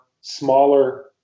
smaller